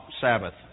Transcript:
Sabbath